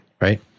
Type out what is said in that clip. Right